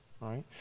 Right